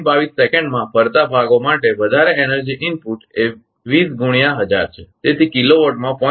22 સેકન્ડમાં ફરતા ભાગો માટે વધારે એનર્જી ઇનપુટ એ 20 ગુણ્યા 1000 છે તેથી કિલોવોટમાં 0